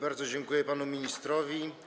Bardzo dziękuję panu ministrowi.